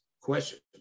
questions